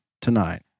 tonight